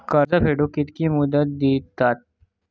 कर्ज फेडूक कित्की मुदत दितात?